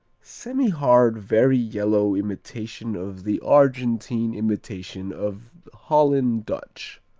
semihard, very yellow imitation of the argentine imitation of holland dutch.